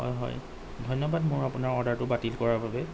হয় হয় ধন্যবাদ মোৰ আপোনাৰ অৰ্ডাৰটো বাতিল কৰাৰ বাবে